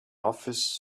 office